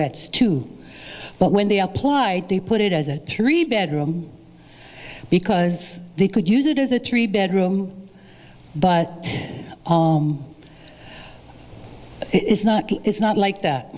that's two but when they apply they put it as a three bedroom because they could use it as a three bedroom but it's not it's not like